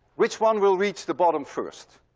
which one will reach the bottom first?